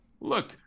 look